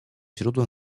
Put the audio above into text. źródłem